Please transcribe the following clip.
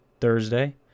Thursday